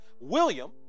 William